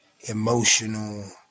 emotional